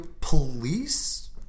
Police